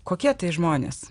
kokie tai žmonės